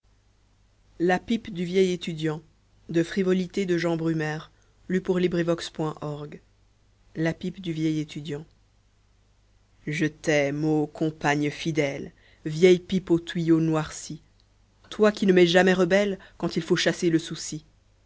la pipe du vieil etudiant je t'aime ô compagne fidèle vieille pipe au tuyau noirci toi qui ne m'es jamais rebelle quand il faut chasser le souci